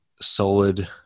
solid